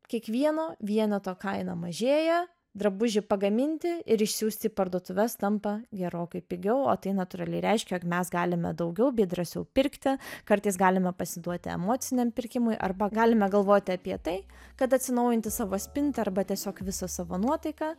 kiekvieno vieneto kaina mažėja drabužį pagaminti ir išsiųst į parduotuves tampa gerokai pigiau o tai natūraliai reiškia jog mes galime daugiau bei drąsiau pirkti kartais galime pasiduoti emociniam pirkimui arba galime galvoti apie tai kad atsinaujinti savo spintą arba tiesiog visą savo nuotaiką